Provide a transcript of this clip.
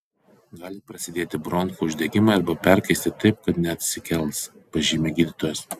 gali prasidėti bronchų uždegimai arba perkaisti taip kad neatsikels pažymi gydytojas